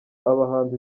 abahanzi